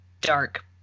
dark